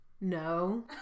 no